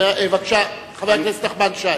בבקשה, חבר הכנסת נחמן שי.